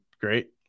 great